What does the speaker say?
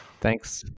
Thanks